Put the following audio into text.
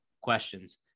questions